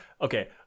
okay